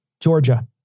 Georgia